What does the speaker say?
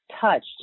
touched